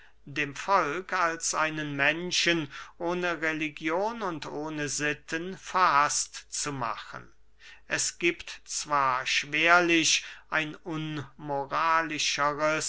dem volk als einen menschen ohne religion und ohne sitten verhaßt zu machen es giebt zwar schwerlich ein unmoralischers